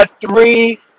three